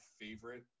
favorite